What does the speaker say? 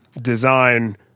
design